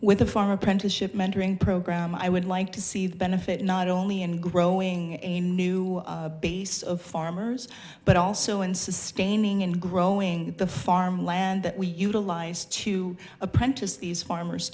with a farmer apprenticeship mentoring program i would like to see the benefit not only in growing a new base of farmers but also in sustaining and growing the farm land that we utilize to apprentice these farmers